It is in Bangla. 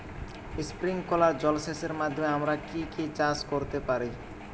স্প্রিংকলার জলসেচের মাধ্যমে আমরা কি কি চাষ করতে পারি?